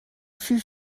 fut